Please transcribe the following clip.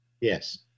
Yes